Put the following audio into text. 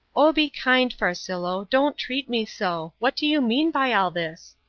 oh, be kind, farcillo, don't treat me so. what do you mean by all this?